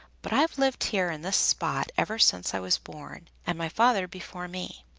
but i've lived here in this spot ever since i was born, and my father before me.